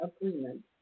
agreement